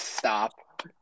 Stop